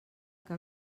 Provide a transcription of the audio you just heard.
que